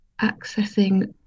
accessing